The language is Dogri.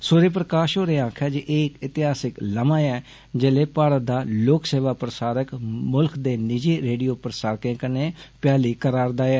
सूर्य प्रकाष होरें आक्खेआ जे एह् इक ऐतिहासिक लम्हा ऐ जिसले भारत दा लोक सेवा प्रसारक मुल्ख दे निजी रेडियो प्रसारकें कन्नै भ्याली करा'रदा ऐ